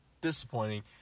disappointing